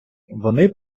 вони